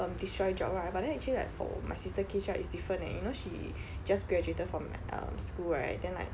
um destroy job right but then actually like for my sister case right is different leh you know she just graduated from like school right then like um